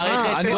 המערכת.